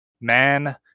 man